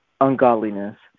ungodliness